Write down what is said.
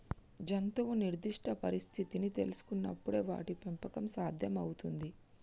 జంతువు నిర్దిష్ట పరిస్థితిని తెల్సుకునపుడే వాటి పెంపకం సాధ్యం అవుతుంది